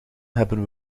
hebben